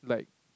like